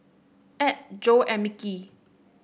Add Jo and Mickey